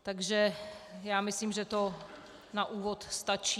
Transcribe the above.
Takže myslím, že to na úvod stačí.